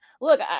look